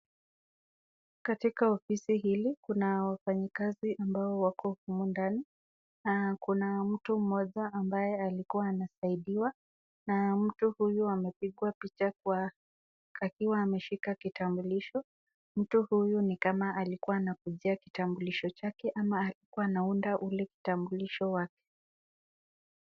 Katika ofisi hili kuna wafanyikazi ambao wako humu ndani na kuna mtu mmoja ambaye alikuwa anasaidiwa na mtu huyu amepigwa picha kwa akiwa ameshika kitambulisho . Mtu huyu ni kama alikuwa anakujia kitambulisho chake ama alikuwa anaunda ule kitambulisho wake.